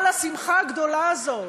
אבל השמחה הגדולה הזאת